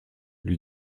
lui